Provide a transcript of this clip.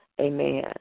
Amen